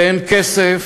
ואין כסף,